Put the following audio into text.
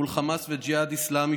מול חמאס והג'יהאד האסלאמי,